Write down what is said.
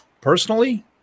personally